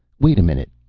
wait a minute,